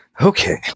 Okay